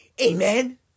Amen